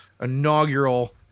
inaugural